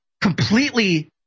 completely